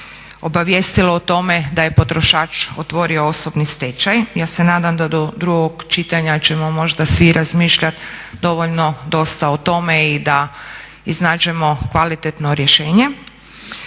obavijestilo o tome da je potrošač otvorio osobni stečaj. Ja se nadam da do drugog čitanja ćemo možda svi razmišljat dovoljno dosta o tome i da iznađemo kvalitetno rješenje.